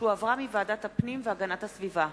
שהחזירה ועדת הפנים והגנת הסביבה.